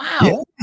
Wow